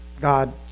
God